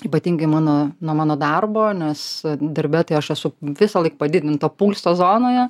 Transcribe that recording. ypatingai mano nuo mano darbo nes darbe tai aš esu visąlaik padidinto pulso zonoje